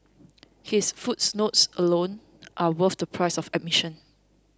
his footnotes alone are worth the price of admission